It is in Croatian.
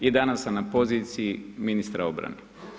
I danas sam na poziciji ministra obrane.